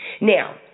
Now